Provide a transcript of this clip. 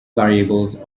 variables